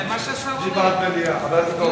מליאה.